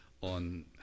on